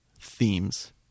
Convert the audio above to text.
themes